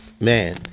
man